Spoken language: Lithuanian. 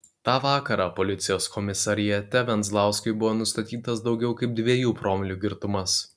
tą vakarą policijos komisariate venzlauskui buvo nustatytas daugiau kaip dviejų promilių girtumas